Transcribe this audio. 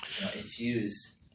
infuse